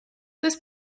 this